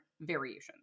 variations